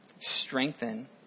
strengthen